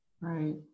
Right